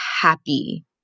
happy